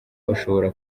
bashobora